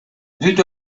бүт